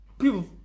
people